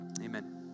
amen